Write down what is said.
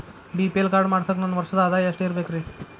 BPL card ಮಾಡ್ಸಾಕ ನನ್ನ ವರ್ಷದ್ ಆದಾಯ ಎಷ್ಟ ಇರಬೇಕ್ರಿ?